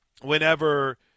whenever